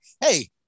hey